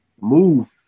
move